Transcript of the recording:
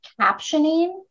captioning